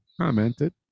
Commented